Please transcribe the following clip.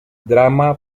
drama